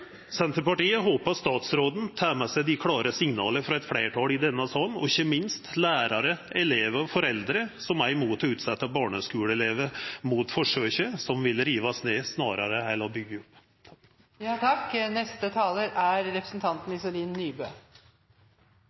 Senterpartiet håper statsråden tar med seg de klare signalene fra et flertall i denne sal og – ikke minst – fra lærere, elever og foreldre som er imot å utsette barneskoleelever for forsøket, som vil rive ned snarere enn å bygge opp. Venstre har drevet valgkamp på at vi er